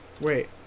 Wait